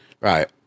Right